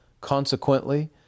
Consequently